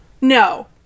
No